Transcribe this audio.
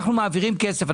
אנחנו מעבירים כסף.